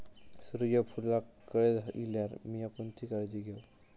सूर्यफूलाक कळे इल्यार मीया कोणती काळजी घेव?